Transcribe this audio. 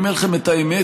אני אומר לכם את האמת,